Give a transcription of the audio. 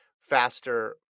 faster